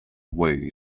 way